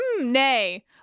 Nay